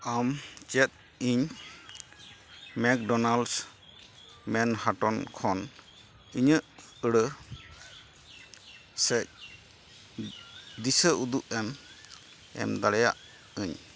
ᱟᱢ ᱪᱮᱫ ᱤᱧ ᱢᱮᱠᱰᱳᱱᱟᱞᱥ ᱢᱮᱱ ᱦᱟᱴᱚᱱ ᱠᱷᱚᱱ ᱤᱧᱟᱹᱜ ᱟᱹᱲᱟᱹ ᱥᱮᱡ ᱫᱤᱥᱟᱹ ᱩᱫᱩᱜ ᱮᱢ ᱮᱢᱫᱟᱲᱮᱭᱟᱜ ᱟᱹᱧ